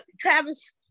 Travis